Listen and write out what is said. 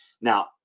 now